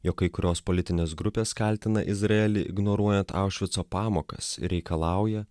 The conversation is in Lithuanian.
jog kai kurios politinės grupės kaltina izraelį ignoruojant aušvico pamokas ir reikalauja